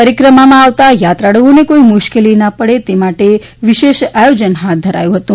પરિક્રમામાં આવતા યાત્રાળુઓ ને કોઈ મુશ્કેલી ના પડે તે માટે વિશેષ આયોજન ફાથ ધરાયું ફતું